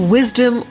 Wisdom